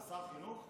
הוא שר החינוך.